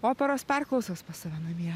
operos perklausas pas save namie